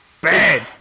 bad